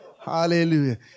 Hallelujah